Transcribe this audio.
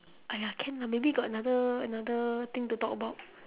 !aiya! can lah maybe got another another thing to talk about